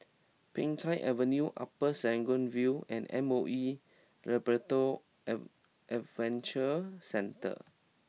Peng Kang Avenue Upper Serangoon View and M O E Labrador ave Adventure Centre